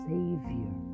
Savior